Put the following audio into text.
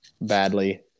badly